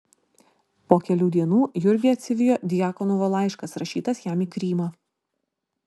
po kelių dienų jurgį atsivijo djakonovo laiškas rašytas jam į krymą